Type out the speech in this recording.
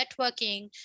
networking